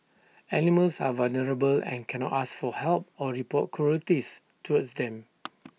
animals are vulnerable and cannot ask for help or report cruelties towards them